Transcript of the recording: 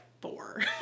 four